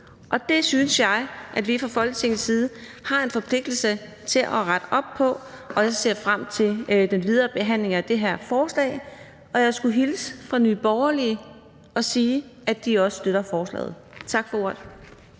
Det synes jeg at vi fra Folketingets side har en forpligtelse til at rette op på, og så ser jeg frem til den videre behandling af det her forslag. Og jeg skal hilse fra Nye Borgerlige og sige, at de også støtter forslaget. Tak for ordet.